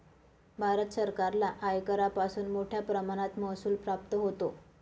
भारत सरकारला आयकरापासून मोठया प्रमाणात महसूल प्राप्त होतो